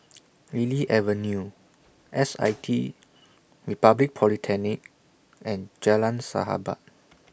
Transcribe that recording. Lily Avenue S I T Republic Polytechnic and Jalan Sahabat